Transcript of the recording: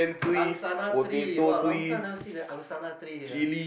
angsana tree !wah! long time never see the angsana tree here ah